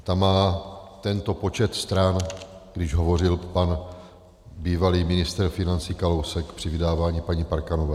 Ta má tento počet stran, když hovořil pan bývalý ministr Kalousek při vydávání paní Parkanové.